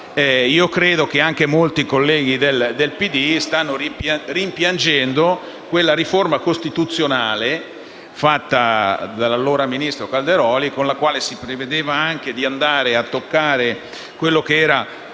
nostri occhi anche molti colleghi del PD stanno rimpiangendo quella riforma costituzionale proposta dall'allora ministro Calderoli, con la quale si prevedeva anche di andare a rivedere tutte le